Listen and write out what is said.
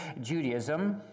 Judaism